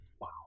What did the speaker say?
Wow